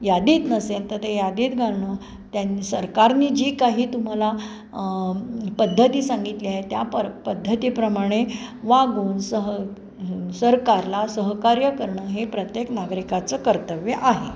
यादीत नसेल तर ते यादीत घालणं त्यां सरकारने जी काही तुम्हाला पद्धती सांगितली आहे त्या पद्धतीप्रमाणे वागून सह सरकारला सहकार्य करणं हे प्रत्येक नागरिकाचं कर्तव्य आहे